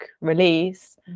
release